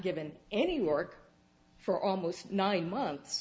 given any work for almost nine months